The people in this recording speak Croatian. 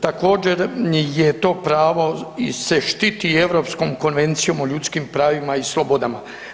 Također je to pravo se štiti i Europskom konvencijom o ljudskim pravima i slobodama.